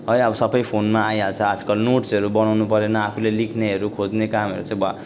है अब सबै फोनमा आइहाल्छ आजकल नोट्सहरू बनाउनु परेन आफूले लेख्नेहरू खोज्ने कामहरू चाहिँ भयो